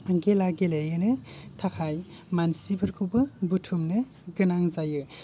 खेला गेलेहोनो थाखाय मानसिफोरखौबो बुथुमनो गोनां जायो